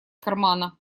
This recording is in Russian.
кармана